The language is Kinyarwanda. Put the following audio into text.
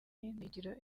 higiro